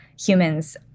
humans